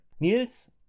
Niels